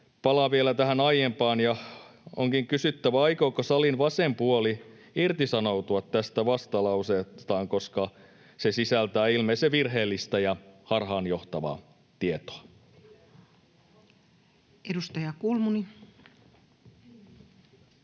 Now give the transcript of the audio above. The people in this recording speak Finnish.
Palaan vielä tähän aiempaan, ja onkin kysyttävä: aikooko salin vasen puoli irtisanoutua tästä vastalauseestaan, koska se sisältää ilmeisen virheellistä ja harhaanjohtavaa tietoa? [Speech 230]